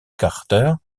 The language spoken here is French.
carter